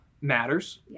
matters